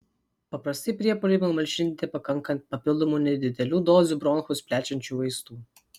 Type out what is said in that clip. paprastai priepuoliui numalšinti pakanka papildomų nedidelių dozių bronchus plečiančių vaistų